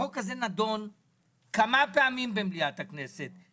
החוק הזה נדון כמה פעמים במליאת הכנסת.